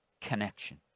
connection